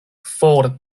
for